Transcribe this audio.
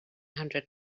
hundred